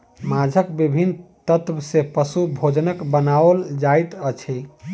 माँछक विभिन्न तत्व सॅ पशु भोजनक बनाओल जाइत अछि